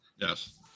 Yes